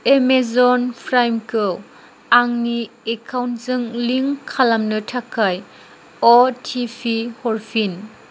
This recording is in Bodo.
एमेजन प्राइमखौ आंनि एकाउन्टजों लिंक खालामनो थाखाय अटिपि हरफिन